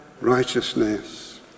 righteousness